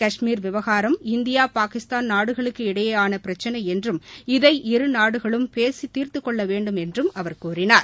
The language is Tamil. கஷ்மீர் விவனரம் இந்தியா பாகிஸ்தான் நாடுகளுக்கு இடையேயான பிரச்சினை என்றும் இதை இரு நாடுகளும் பேசி தீர்த்துக் கொள்ள வேண்டும் என்றும் கூறினார்